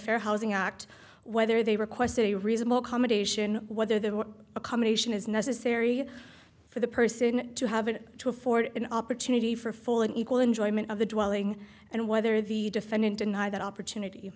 fair housing act whether they requested a reasonable combination whether there were accommodation is necessary for the person to have it to afford an opportunity for full and equal enjoyment of the dwelling and whether the defendant deny that opportunity